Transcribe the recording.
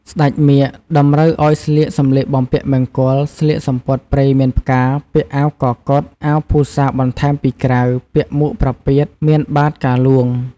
ស្ដេចមាឃ តម្រូវឱ្យស្លៀកសម្លៀកបំពាក់មង្គល ស្លៀកសំពត់ព្រែមានផ្កា ពាក់អាវកកុដ អាវភូសាបន្ថែមពីក្រៅ ពាក់មួកប្រពាត មានបាតុកាហ្លួង។